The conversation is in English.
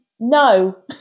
No